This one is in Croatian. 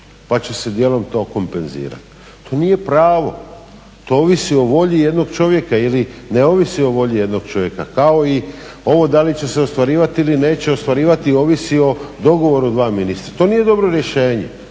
pa će se dijelom to kompenzirati. To nije pravo, to ovisi o volji jednog čovjeka ili ne ovisi o volji jednog čovjeka, kao i ovo da li će se ostvarivati ili neće ostvarivati. Ovisi o dogovoru dva ministra. To nije dobro rješenje,